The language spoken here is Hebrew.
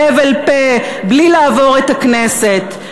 בהבל פה, בלי לעבור את הכנסת.